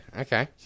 Okay